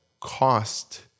cost